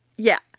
yeah,